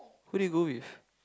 who did you go with